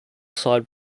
side